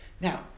Now